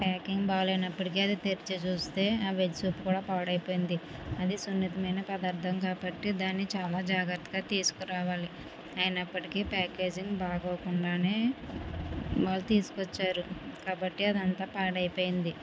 packing బాగాలేనప్పటికి అది తెరిచి చూస్తే ఆ వెజ్ సూప్ కూడా పాడైపోయింది అది సున్నితమైన పదార్థం కాబట్టి దాన్ని చాలా జాగ్రత్తగా తీసుకురావాలి అయినప్పటికి ప్యాకేజింగ్ బాగోకుండా వాళ్ళు తీసుకు వచ్చారు కాబట్టి అది అంతా పాడైపోయింది